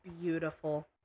beautiful